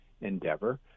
endeavor